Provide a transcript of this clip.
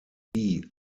die